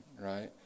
right